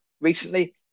recently